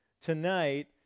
tonight